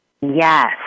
Yes